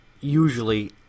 usually